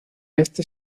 este